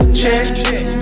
check